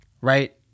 right